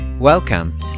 Welcome